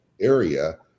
area